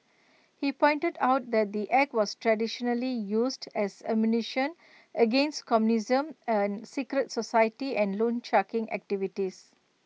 he pointed out that the act was traditionally used as ammunition against communism and secret society and loansharking activities